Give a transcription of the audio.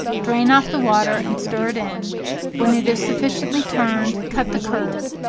drain off the water, and stir it in when it is sufficiently turned, cut the curd,